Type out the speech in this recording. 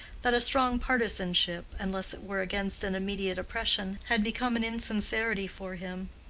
that a strong partisanship, unless it were against an immediate oppression, had become an insincerity for him.